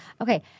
Okay